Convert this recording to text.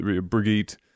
brigitte